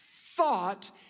thought